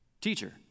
teacher